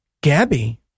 Gabby